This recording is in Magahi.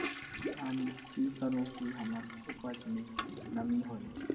हम की करू की हमार उपज में नमी होए?